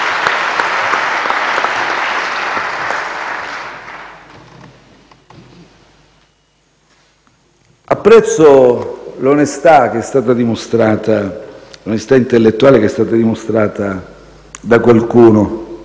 Apprezzo l'onestà intellettuale che è stata dimostrata da qualcuno,